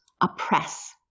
oppress